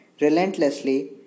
relentlessly